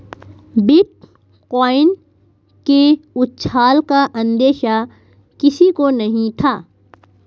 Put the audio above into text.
bitcoin के उछाल का अंदेशा किसी को नही था